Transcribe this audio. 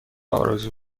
آرزو